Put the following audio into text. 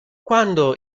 quando